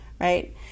right